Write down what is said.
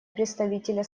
представителя